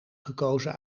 gekozen